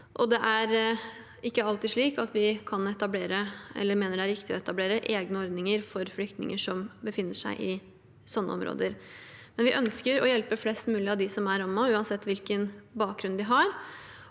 eller mener det er riktig å etablere – egne ordninger for flyktninger som befinner seg i slike områder. Vi ønsker å hjelpe flest mulig av dem som er rammet, uansett hvilken bakgrunn de har,